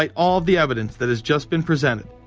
like all of the evidence that has just been presented,